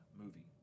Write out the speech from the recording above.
movie